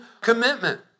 commitment